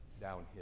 downhill